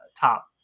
top